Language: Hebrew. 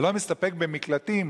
ולא מסתפק במקלטים,